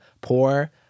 poor